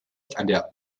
strafrecht